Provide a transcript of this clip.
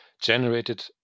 generated